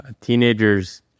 teenagers